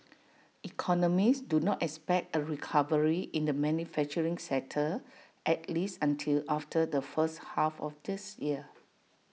economists do not expect A recovery in the manufacturing sector at least until after the first half of this year